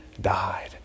died